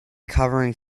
covering